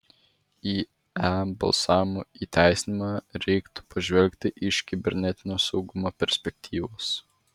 į e balsavimo įteisinimą reiktų pažvelgti iš kibernetinio saugumo perspektyvos